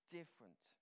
different